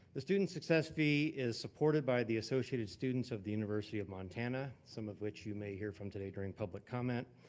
the student success fee is supported by the associated students of the university of montana, some of which you may hear from today during public comment,